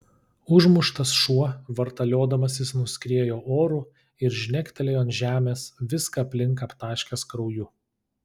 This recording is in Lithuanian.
užmuštas šuo vartaliodamasis nuskriejo oru ir žnektelėjo ant žemės viską aplink aptaškęs krauju